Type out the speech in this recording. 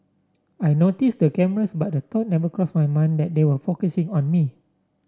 I noticed the cameras but the thought never crossed my mind that they were focusing on me